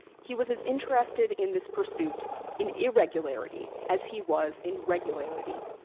he was as interested in this pursuit in irregularity as he was in regularity.